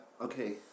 Okay